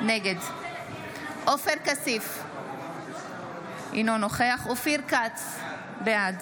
נגד עופר כסיף, אינו נוכח אופיר כץ, בעד